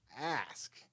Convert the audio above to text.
ask